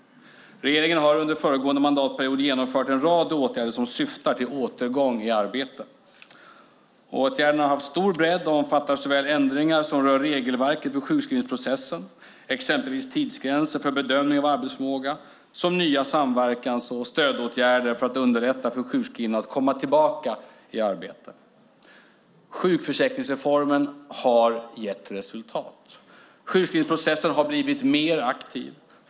Regeringen har under föregående mandatperiod genomfört en rad åtgärder som syftar till återgång i arbete. Åtgärderna har stor bredd och omfattar såväl ändringar som rör regelverket för sjukskrivningsprocessen, exempelvis tidsgränser för bedömning av arbetsförmåga, som nya samverkans och stödåtgärder för att underlätta för sjukskrivna att komma tillbaka i arbete. Sjukförsäkringsreformen har gett resultat. Sjukskrivningsprocessen har blivit mer aktiv.